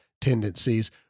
tendencies